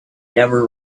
never